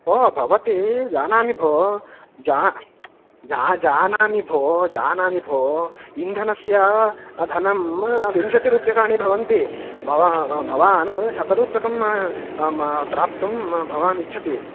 ओ भवति यानानि भो जा जा जानामि भो जानामि भो इन्धनस्य धनं विंशति रूप्यकाणि भवन्ति भवा भवान् शतरूप्यकं प्राप्तुं भवान् इच्छति